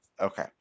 Okay